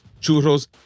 churros